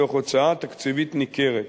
תוך הוצאה תקציבית ניכרת.